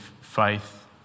faith